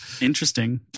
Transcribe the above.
Interesting